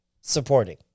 supporting